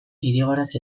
idigoras